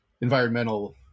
environmental